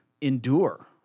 endure